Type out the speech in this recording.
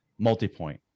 multipoint